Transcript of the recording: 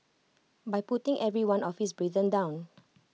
by putting every one of his brethren down